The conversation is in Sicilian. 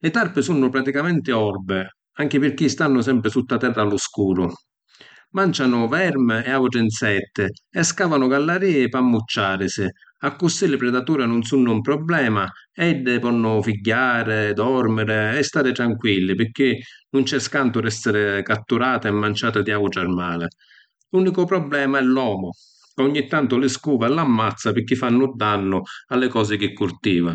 Li tarpi sunnu praticamenti orbi, anchi pirchì stannu sempri sutta terra a lu scuru. Mancianu vermi e autri insetti e scavanu gallàrii pi ammuccirisi, accussì li predatura nun sunnu un problema e iddi ponnu figghiari, dormiri e stari tranquilli pirchì nun c’è scantu di esseri catturati e mangiati di autri armali. L’unicu problema è l’omu ca ogni tantu li scuva e l’ammazza pirchì fannu dannu a li cosi chi cultiva.